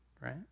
Right